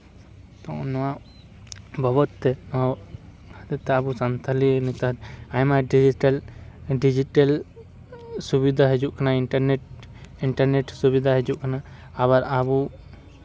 ᱱᱚᱜᱼᱚ ᱱᱚᱣᱟ ᱵᱟᱵᱚᱫ ᱛᱮ ᱟᱵᱚ ᱥᱟᱱᱛᱟᱞᱤ ᱱᱮᱛᱟᱨ ᱟᱭᱢᱟ ᱰᱤᱡᱤᱴᱮᱞ ᱰᱤᱡᱤᱴᱮᱞ ᱥᱩᱵᱤᱫᱷᱟ ᱦᱤᱡᱩᱜ ᱠᱟᱱᱟ ᱤᱱᱴᱟᱨᱱᱮᱴ ᱤᱱᱴᱟᱨᱱᱮᱴ ᱥᱩᱵᱤᱫᱷᱟ ᱦᱤᱡᱩᱜ ᱠᱟᱱᱟ ᱟᱵᱟᱨ ᱟᱵᱚ